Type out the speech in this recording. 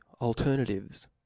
Alternatives